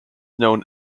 known